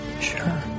Sure